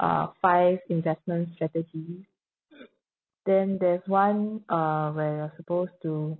uh five investment strategy then there's one uh where you're supposed to